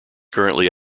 currently